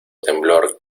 temblor